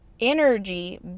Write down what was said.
energy